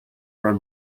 run